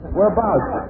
Whereabouts